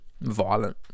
violent